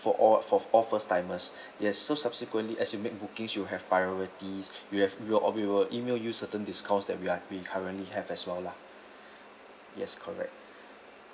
for all for all first timers yes so subsequently as you make bookings you have priorities you have you will we will email you certain discourse that we are we currently have as well lah yes correct